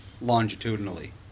longitudinally